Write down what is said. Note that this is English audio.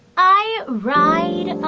i ride on.